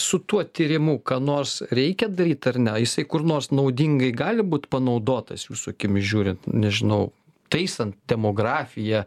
su tuo tyrimu ką nors reikia daryt ar ne ar jisai kur nors naudingai gali būt panaudotas jūsų akimis žiūrint nežinau taisant demografiją